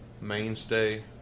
mainstay